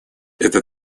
это